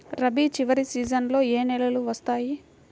రబీ చివరి సీజన్లో ఏ నెలలు వస్తాయి?